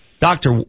Doctor